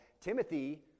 Timothy